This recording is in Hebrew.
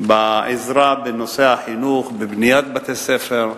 בעזרה בנושא החינוך, בבניית בתי-ספר,